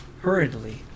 hurriedly